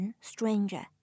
stranger